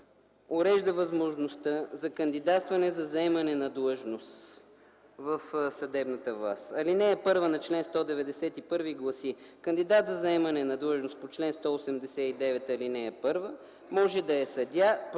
урежда възможността за кандидатстване за заемане на длъжност в съдебната власт. Алинея 1 на чл. 191 гласи: „(1) Кандидат за заемане на длъжност по чл. 189, ал. 1 може да е съдия,